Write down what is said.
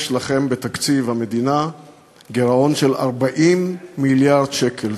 יש לכם בתקציב המדינה גירעון של 40 מיליארד שקל.